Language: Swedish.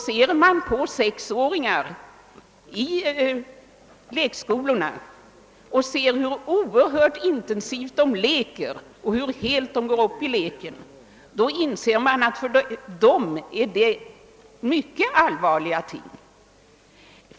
Ser man hur oerhört intensivt sexåringar leker i lekskolan och tänker på hur helt de går upp i sin lek, då inser man att det för dem är fråga om mycket allvarliga ting.